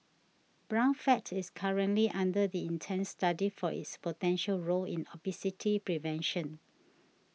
brown fat is currently under the intense study for its potential role in obesity prevention